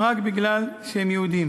רק משום שהם יהודים,